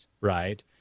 right